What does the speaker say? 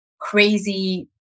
crazy